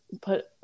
put